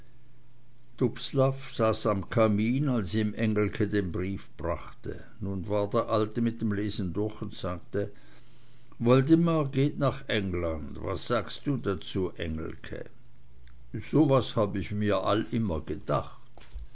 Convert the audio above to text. saß am kamin als ihm engelke den brief brachte nun war der alte mit dem lesen durch und sagte woldemar geht nach england was sagst du dazu engelke so was hab ich mir all immer gedacht